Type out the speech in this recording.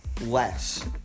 less